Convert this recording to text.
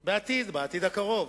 בעתיד, בעתיד הקרוב,